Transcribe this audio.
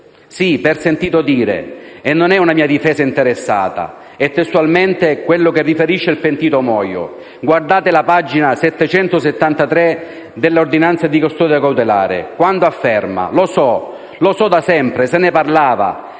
Sì, per "sentito dire", e non è una mia difesa interessata, è testualmente quello che riferisce il pentito Moio. Guardate la pagina 773 dell'ordinanza di custodia cautelare, quando afferma «lo so, lo so da sempre», «se ne parlava»,